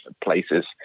places